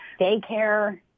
daycare